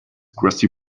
crusty